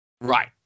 Right